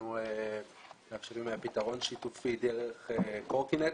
אנחנו מאפשרים פתרון שיתופי דרך קורקינטים,